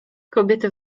kobiety